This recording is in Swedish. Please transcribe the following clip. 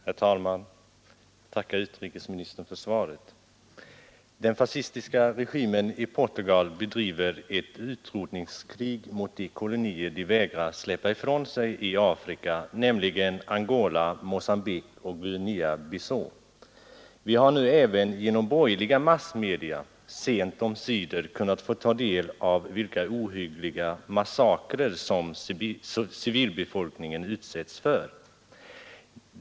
Herr talman! Jag tackar utrikesministern för svaret. Den fascistiska regimen i Portugal bedriver ett utrotningskrig mot de kolonier den vägrar släppa ifrån sig i Afrika, nämligen Angola, Mogambique och Guinea-Bissau. Vi har nu även genom borgerliga massmedia — sent omsider — kunnat få ta del av vilka ohyggliga massakrer som civilbefolkningen utsätts för.